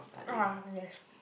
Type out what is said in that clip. ah yes